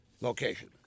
location